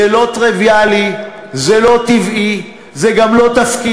זה לא טריוויאלי, זה לא טבעי, זה גם לא תפקידו,